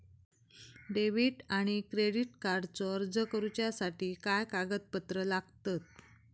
Debit आणि credit कार्डचो अर्ज करुच्यासाठी काय कागदपत्र लागतत?